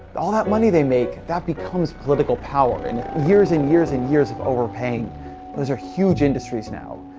all that money they make, that becomes political power. and years and years and years of overpaying those are huge industries now.